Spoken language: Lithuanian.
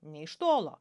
nė iš tolo